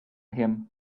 him